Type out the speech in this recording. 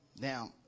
Now